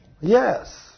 Yes